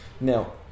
Now